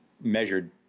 measured